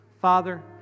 Father